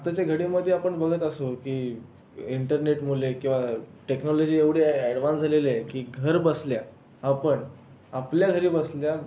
आताच्या घडीमध्ये आपण बघत असतो की इंटरनेटमुळे किंवा टेक्नॉलॉजी एवढी ॲडव्हान्स झालेली आहे की घरबसल्या आपण आपल्या घरी बसल्या